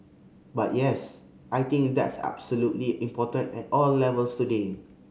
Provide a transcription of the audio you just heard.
but yes I think that's absolutely important at all levels today